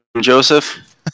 Joseph